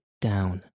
down